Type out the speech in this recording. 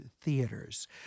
theaters